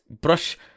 brush